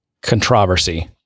controversy